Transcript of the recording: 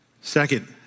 Second